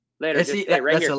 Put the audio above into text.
Later